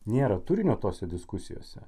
nėra turinio tose diskusijose